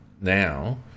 now